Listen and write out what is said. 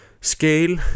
scale